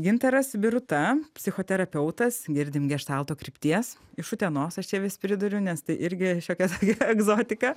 gintaras biruta psichoterapeutas girdim geštalto krypties iš utenos aš čia vis priduriu nes tai irgi šiokia tokia egzotika